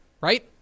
right